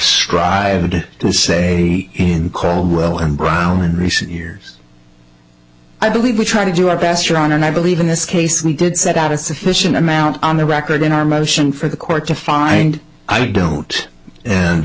strived to say in caldwell and brown in recent years i believe we try to do our best ron and i believe in this case we did set out a sufficient amount on the record in our motion for the court to find i don't and